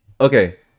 okay